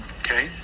okay